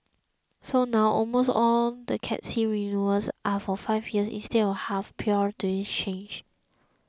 so now almost all the Cat C renewals are for five years instead of about half prior to this change